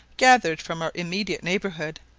gathered from our immediate neighbourhood,